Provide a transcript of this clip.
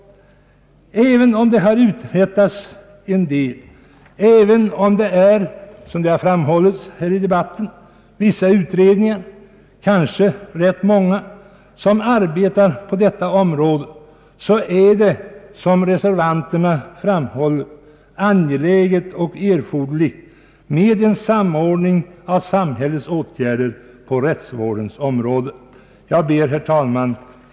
även om det har uträttats en del, och även om, såsom framhållits i debatten, ganska många utredningar arbetar på detta område, är det ändå angeläget och erforderligt med en samordning av samhällets åtgärder på rättsvårdens område, vilket reservanterna betonat. Herr talman!